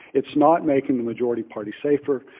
it's not making the majority party safer.